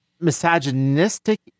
misogynistic